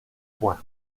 point